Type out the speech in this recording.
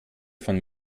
von